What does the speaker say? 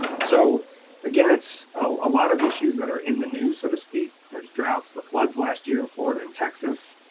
so again, it's a lot of issues that are in the news, so to speak, there's droughts, the floods last year in florida and texas,